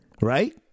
Right